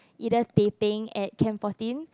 either teh peng at camp fourteen